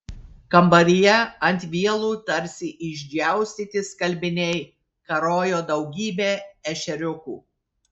kambaryje ant vielų tarsi išdžiaustyti skalbiniai karojo daugybė ešeriukų